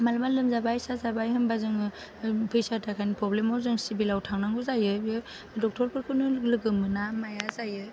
मालाबा लोमजाबाय साजाबाय होमबा जोङो फैसा थाखानि फ्रब्लेम आव जों सिभिल आव थांनांगौ जायो बे डक्टरफोरखौनो लोगो मोना माया जायो